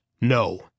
No